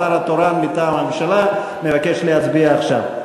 השר התורן מטעם הממשלה מבקש להצביע עכשיו.